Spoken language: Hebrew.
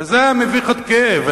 וזה מביך עד כאב.